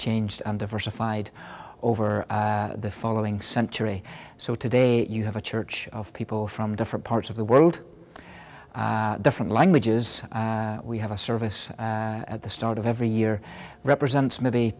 changed under versified over the following century so today you have a church of people from different parts of the world different languages we have a service at the start of every year represents maybe